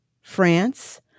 France